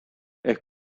ehk